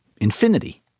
infinity